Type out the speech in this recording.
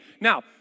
Now